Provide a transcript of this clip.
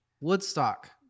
Woodstock